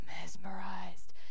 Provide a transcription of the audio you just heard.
mesmerized